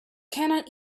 cannot